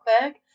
quick